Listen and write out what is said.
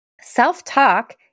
Self-talk